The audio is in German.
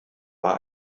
war